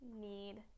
need